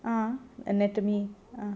ah anatomy